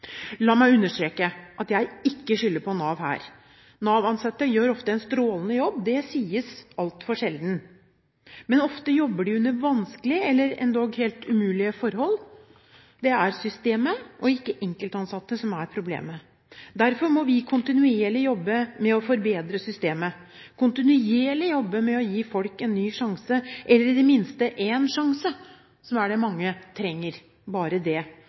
La meg understreke at jeg ikke skylder på Nav her. Nav-ansatte gjør ofte en strålende jobb; det sies altfor sjelden. Men ofte jobber de under vanskelige eller endog helt umulige forhold. Det er systemet og ikke enkeltansatte som er problemet. Derfor må vi kontinuerlig jobbe med å forbedre systemet, kontinuerlig jobbe med å gi folk en ny sjanse eller i det minste én sjanse, som er det mange trenger – bare det.